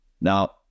now